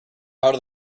harder